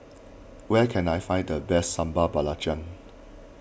where can I find the best Sambal Belacan